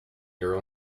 your